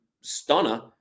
stunner